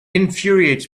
infuriates